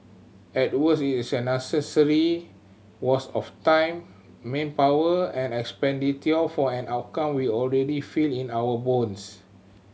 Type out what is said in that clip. at worst it's an unnecessary worst of time manpower and expenditure for an outcome we already feel in our bones